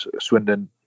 Swindon